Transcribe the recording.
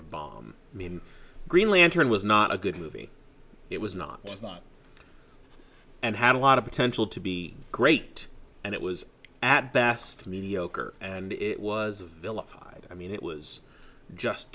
to bomb me in green lantern was not a good movie it was not not it's and had a lot of potential to be great and it was at best mediocre and it was a vilified i mean it was just